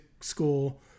school